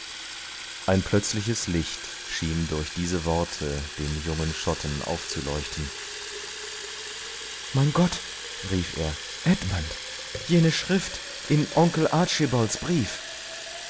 ein plötzliches licht schien durch diese worte dem jungen schotten aufzuleuchten mein gott rief er edmund jene schrift in onkel archibalds brief